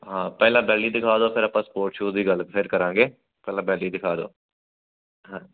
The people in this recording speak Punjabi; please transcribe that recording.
ਹਾਂ ਪਹਿਲਾਂ ਬੈਲੀ ਦਿਖਾ ਦਿਓ ਫਿਰ ਆਪਾਂ ਸਪੋਰਟ ਸ਼ੂਜ਼ ਦੀ ਗੱਲ ਫਿਰ ਕਰਾਂਗੇ ਪਹਿਲਾਂ ਬੈਲੀ ਦਿਖਾ ਦਓ ਹਾਂ